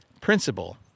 Principle